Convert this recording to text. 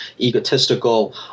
egotistical